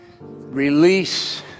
Release